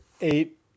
eight